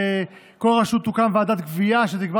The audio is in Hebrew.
שבכל רשות מקומית תוקם ועדת גבייה אשר תקבע